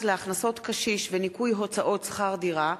להכנסות קשיש וניכוי הוצאות שכר דירה),